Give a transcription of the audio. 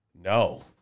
No